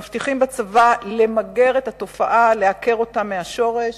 מבטיחים בצבא למגר את התופעה ולעקור אותה מהשורש,